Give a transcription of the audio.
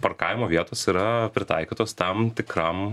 parkavimo vietos yra pritaikytos tam tikram